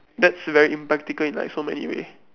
that's very impractical in like so many way